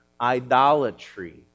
idolatry